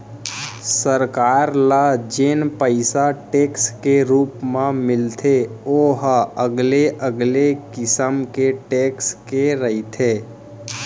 सरकार ल जेन पइसा टेक्स के रुप म मिलथे ओ ह अलगे अलगे किसम के टेक्स के रहिथे